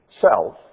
self